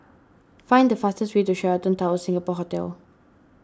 find the fastest way to Sheraton Towers Singapore Hotel